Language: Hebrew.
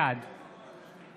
בעד